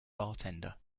bartender